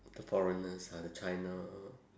the foreigners ah the china